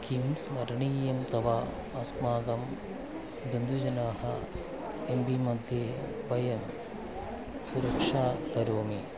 किं स्मरणीयं तव अस्माकं बन्धुजनाः एं बीमध्ये वयं सुरक्षा करोमि